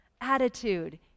attitude